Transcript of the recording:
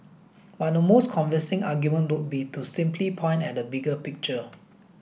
but the most convincing argument would be to simply point at the bigger picture